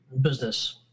business